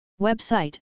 Website